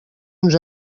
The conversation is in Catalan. uns